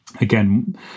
again